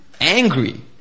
Angry